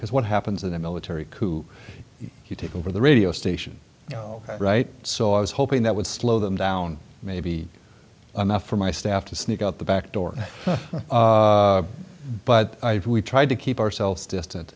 because what happens in a military coup you take over the radio station you know right so i was hoping that would slow them down maybe an f for my staff to sneak out the back door but i've we tried to keep ourselves distant